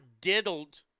diddled